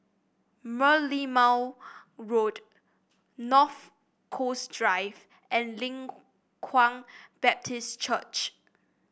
Merlimau Road North Coast Drive and Leng Kwang Baptist Church